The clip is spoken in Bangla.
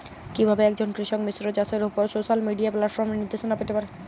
কিভাবে একজন কৃষক মিশ্র চাষের উপর সোশ্যাল মিডিয়া প্ল্যাটফর্মে নির্দেশনা পেতে পারে?